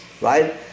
right